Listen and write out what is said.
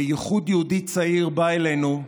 בייחוד יהודי צעיר, בא אלינו,